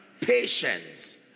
patience